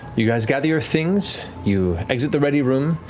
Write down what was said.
you guys gather your things, you exit the ready room,